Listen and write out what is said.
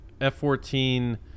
f-14